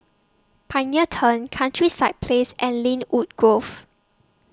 Pioneer Turn Countryside Place and Lynwood Grove